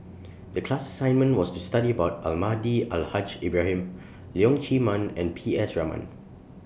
The class assignment was to study about Almahdi Al Haj Ibrahim Leong Chee Mun and P S Raman